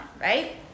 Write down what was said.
right